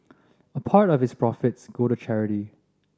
a part of its profits go to charity